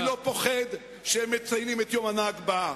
אני לא פוחד שהם מציינים את יום ה"נכבה".